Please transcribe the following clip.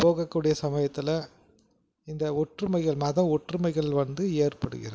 போகக்கூடிய சமயத்தில் இந்த ஒற்றுமைகள் மத ஒற்றுமைகள் வந்து ஏற்படுகின்றது